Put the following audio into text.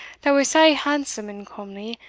that was sae handsome and comely,